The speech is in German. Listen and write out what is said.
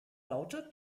laute